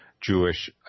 Jewish